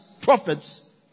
prophets